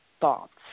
thoughts